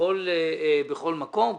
בכל מקום.